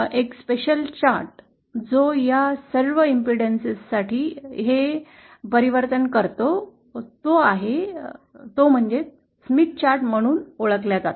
एक special chart जो या सर्व प्रतिरोधा साठी हे परिवर्तन करतो तो स्मिथ चार्ट म्हणून ओळखला जातो